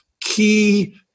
key